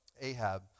Ahab